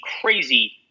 crazy